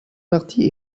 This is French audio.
partie